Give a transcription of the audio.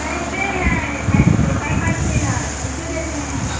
कैसे है कैसे कै पैसे है कई से देते हैं